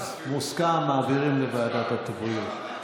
מוסכם, מעבירים לוועדת הבריאות.